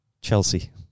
Chelsea